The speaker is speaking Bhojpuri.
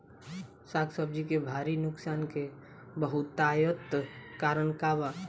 साग सब्जी के भारी नुकसान के बहुतायत कारण का बा?